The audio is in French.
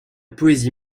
poésie